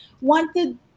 wanted